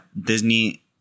Disney